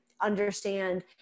understand